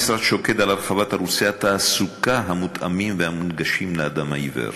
המשרד שוקד על הרחבת ערוצי התעסוקה המותאמים והמונגשים לאדם העיוור,